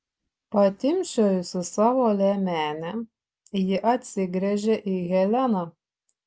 patimpčiojusi savo liemenę ji atsigręžia į heleną